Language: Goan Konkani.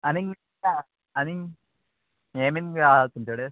आनीक आनीक हे बीन तुमचे कडेन